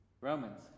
romans